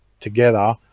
together